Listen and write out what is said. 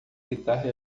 guitarra